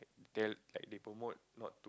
they like they promote not to